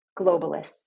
Globalists